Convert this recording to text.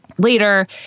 later